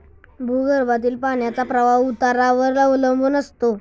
भूगर्भातील पाण्याचा प्रवाह उतारावर अवलंबून असतो